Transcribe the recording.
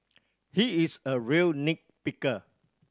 he is a real nit picker